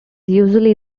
usually